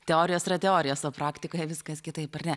teorijos yra teorijos o praktikoje viskas kitaip ar ne